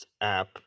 app